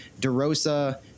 DeRosa